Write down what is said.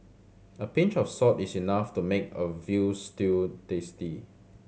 a pinch of salt is enough to make a veal stew tasty